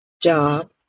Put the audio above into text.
job